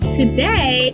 today